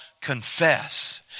confess